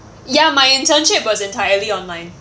ya my internship was entirely online